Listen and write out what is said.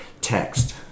text